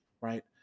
Right